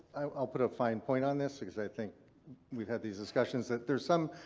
i'll put a fine point on this, because i think we've had these discussions that there's some